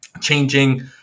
changing